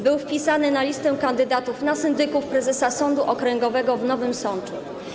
Był wpisany na listę kandydatów na syndyków prezesa Sądu Okręgowego w Nowym Sączu.